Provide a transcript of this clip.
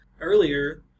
earlier